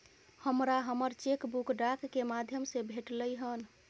हमरा हमर chequebook डाक के माध्यम से भेटलय हन